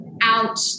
out